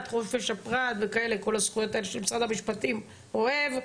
חופש הפרט וכל הזכויות האלה שמשרד המשפטים אוהב,